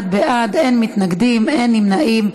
31 בעד, אין מתנגדים, אין נמנעים.